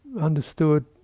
understood